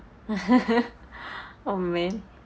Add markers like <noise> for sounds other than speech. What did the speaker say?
<laughs> oh man